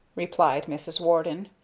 replied mrs. warden.